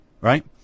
Right